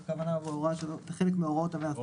הכוונה זה להוראה או לחלק מההוראות של המאסדר.